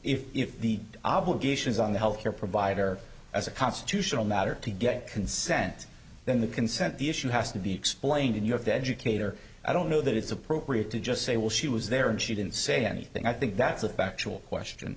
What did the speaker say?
if the obligations on the health care provider as a constitutional matter to get consent then the consent the issue has to be explained and you have to educate or i don't know that it's appropriate to just say well she was there and she didn't say anything i think that's a factual